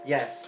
Yes